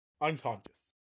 Unconscious